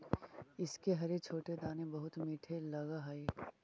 इसके हरे छोटे दाने बहुत मीठे लगअ हई